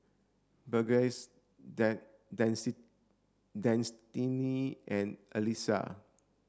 Burgess Destinee and Alissa